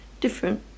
different